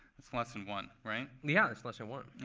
that's lesson one, right? yeah, that's less one.